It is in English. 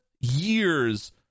years